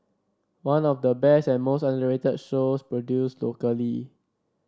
one of the best and most underrated shows produced locally